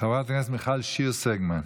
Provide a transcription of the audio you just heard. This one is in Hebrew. חברת הכנסת מיכל שיר סגמן.